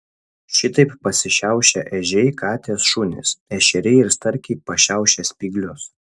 šitaip pasišiaušia ežiai katės šunys ešeriai ir starkiai pašiaušia spyglius